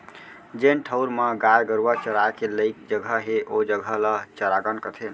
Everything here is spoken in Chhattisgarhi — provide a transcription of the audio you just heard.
जेन ठउर म गाय गरूवा चराय के लइक जघा हे ओ जघा ल चरागन कथें